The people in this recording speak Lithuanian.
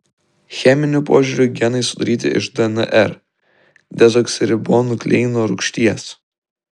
cheminiu požiūriu genai sudaryti iš dnr dezoksiribonukleino rūgšties